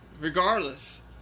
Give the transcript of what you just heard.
regardless